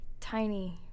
tiny